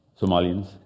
Somalians